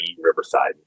Riverside